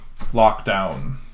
lockdown